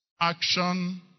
action